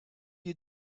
you